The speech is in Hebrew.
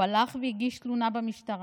הוא הלך והגיש תלונה במשטרה,